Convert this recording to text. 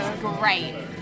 great